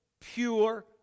pure